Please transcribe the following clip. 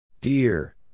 Dear